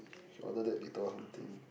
we should order that later or something